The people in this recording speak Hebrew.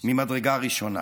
ממדרגה ראשונה.